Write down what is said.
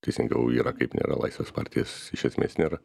teisingiau yra kaip nėra laisvės partijos iš esmės nėra